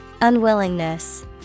unwillingness